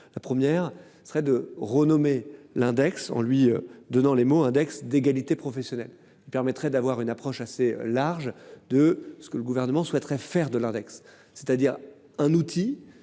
La première serait de renommée, l'index en lui donnant les mots index d'égalité professionnelle permettrait d'avoir une approche assez large de ce que le gouvernement souhaiterait faire de l'index, c'est-à-dire un outil